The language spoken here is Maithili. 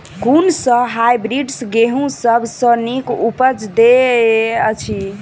कुन सँ हायब्रिडस गेंहूँ सब सँ नीक उपज देय अछि?